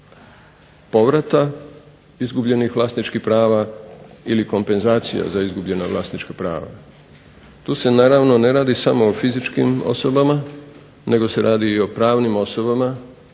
povrata izgubljenih vlasničkih prava ili kompenzacija za izgubljena vlasnička prava. Tu se naravno ne radi samo o fizičkim osobama, nego se radi o pravnim osobama,